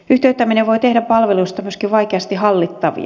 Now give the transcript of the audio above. yhtiöittäminen voi tehdä palveluista myöskin vaikeasti hallittavia